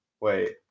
Wait